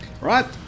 right